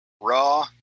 raw